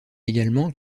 également